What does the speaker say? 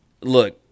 Look